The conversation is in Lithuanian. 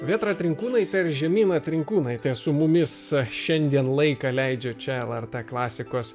vėtra trinkūnaitė ir žemyna trinkūnaitė su mumis šiandien laiką leidžia čia lrt klasikos